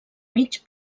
mig